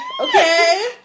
okay